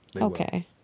Okay